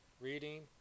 reading